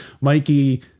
Mikey